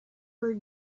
were